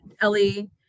Ellie